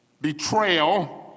betrayal